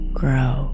grow